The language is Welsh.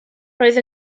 roedd